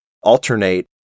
alternate